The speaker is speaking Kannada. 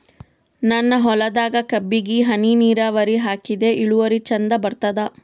ನನ್ನ ಹೊಲದಾಗ ಕಬ್ಬಿಗಿ ಹನಿ ನಿರಾವರಿಹಾಕಿದೆ ಇಳುವರಿ ಚಂದ ಬರತ್ತಾದ?